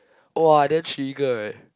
!wah! damn trigger eh